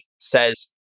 says